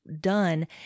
done